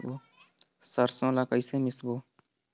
सरसो ला कइसे मिसबो?